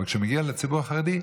אבל כשזה מגיע לציבור החרדי,